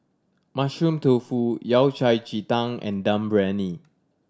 Mushroom Tofu Yao Cai ji tang and Dum Briyani